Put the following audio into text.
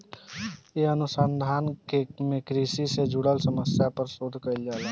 ए अनुसंधान में कृषि से जुड़ल समस्या पर शोध कईल जाला